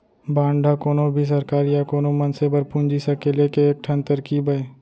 bond ह कोनो भी सरकार या कोनो मनसे बर पूंजी सकेले के एक ठन तरकीब अय